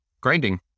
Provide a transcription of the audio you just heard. grinding